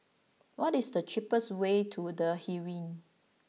what is the cheapest way to The Heeren